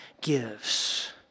gives